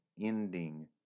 ending